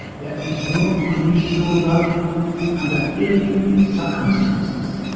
there is no conditional love under any circumstances.